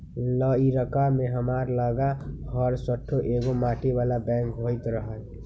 लइरका में हमरा लग हरशठ्ठो एगो माटी बला बैंक होइत रहइ